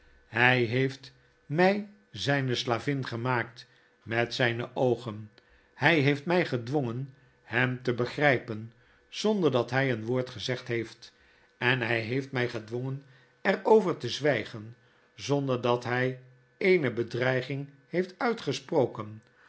hy heeft my zyne slavin gemaakt met zyne oogen hy heeft my gedwongen hem te begrypen zonder dat hy een woord gezegd heeft en hy heeft my gedwongen er over te zwygen zonder dat hij eene bedreiging heeft uitgesproken